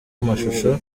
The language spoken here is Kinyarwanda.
amashusho